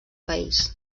país